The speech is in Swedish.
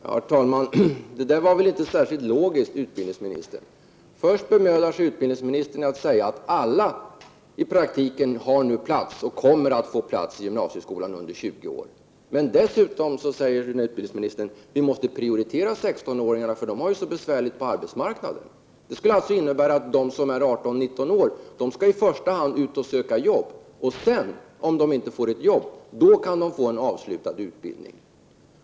Herr talman! Det där var väl inte särskilt logiskt, utbildningsministern. Först bemödar sig utbildningsministern att säga att alla under 20 års ålder i praktiken nu har plats och kommer att få plats i gymnasieskolan. Sedan säger utbildningsministern att vi måste prioritera 16-åringarna, eftersom de har det så besvärligt på arbetsmarknaden. Det skulle innebära att de som är 18 och 19 åri första hand skall ge sig ut för att söka jobb och att de sedan, om de inte får ett jobb, kan få en fortsatt utbildning.